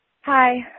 Hi